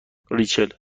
ریچل